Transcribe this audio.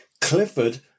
Clifford